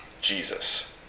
Jesus